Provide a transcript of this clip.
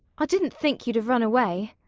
i didn't think you'd have run away.